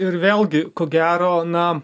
ir vėlgi ko gero na